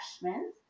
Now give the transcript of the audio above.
freshman